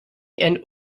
and